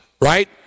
right